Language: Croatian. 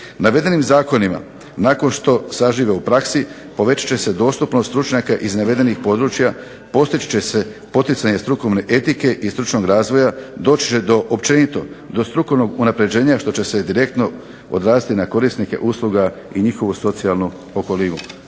Navedenim zakonima nakon što sažive u praksi povećat će se dostupnost stručnjaka iz navedenih područja, postići će se poticanje strukovne etike i stručnog razvoja, doći će do općenito do strukovnog unapređenja što će se direktno odraziti na korisnike usluga i njihovu socijalnu okolinu.